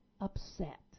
upset